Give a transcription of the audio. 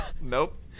nope